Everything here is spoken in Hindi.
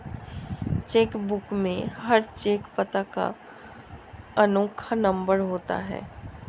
चेक बुक में हर चेक पता का अनोखा नंबर होता है